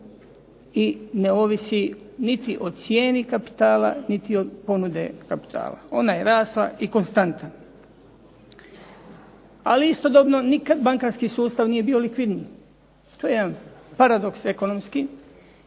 i ne ovisi niti o cijeni kapitala niti od ponude kapitala. Ona je rasla i konstantan. Ali istodobno nikad bankarski sustav nije bio likvidniji. To je jedan paradoks ekonomski